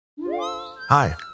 Hi